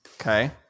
Okay